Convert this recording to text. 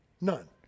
None